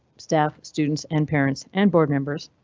staff, students and parents and board members.